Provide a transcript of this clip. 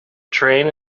train